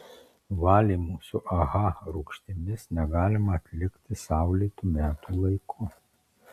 valymų su aha rūgštimis negalima atlikti saulėtu metų laiku